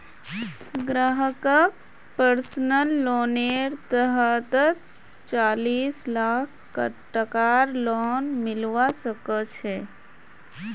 ग्राहकक पर्सनल लोनेर तहतत चालीस लाख टकार लोन मिलवा सके छै